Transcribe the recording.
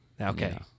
Okay